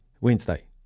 Wednesday